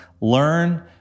Learn